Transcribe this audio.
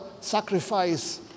sacrifice